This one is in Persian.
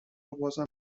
وبازم